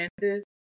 chances